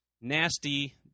Nasty